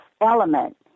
element